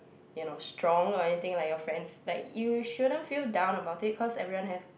you know strong or anything like your friends like you shouldn't feel down about it cause everyone have